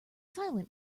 silent